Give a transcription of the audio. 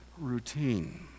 routine